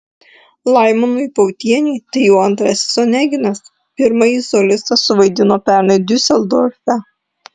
laimonui pautieniui tai jau antrasis oneginas pirmąjį solistas suvaidino pernai diuseldorfe